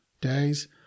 days